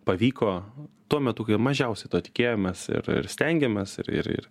pavyko tuo metu kai mažiausiai to tikėjomės ir ir stengiamės ir ir